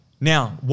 Now